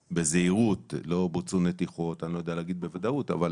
זה בזהירות משום שלא בוצעו נתיחות ואני לא יודע להגיד בוודאות אבל